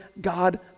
God